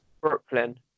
Brooklyn